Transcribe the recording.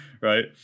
right